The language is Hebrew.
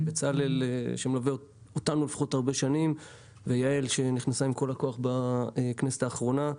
גם בצלאל שמלווה אותנו הרבה שנים ויעל שנכנסה בכל הכוח בכנסת האחרונה.